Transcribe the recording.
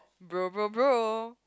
bro bro bro